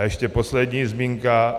A ještě poslední zmínka.